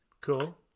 Cool